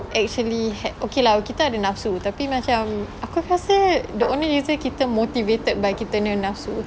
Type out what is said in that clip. actually had okay lah kita ada nafsu tapi macam aku rasa the only reason kita motivated by kita punya nafsu